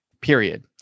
period